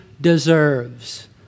deserves